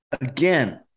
again